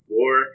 Four